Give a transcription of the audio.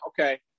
okay